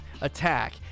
attack